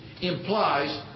implies